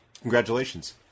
Congratulations